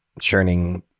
churning